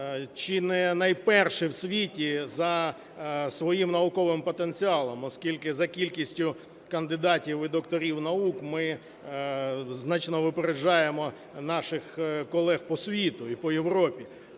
чи не найперший в світі за своїм науковим потенціалом, оскільки за кількістю кандидатів і докторів наук ми значно випереджаємо наших колег по світу і по Європі.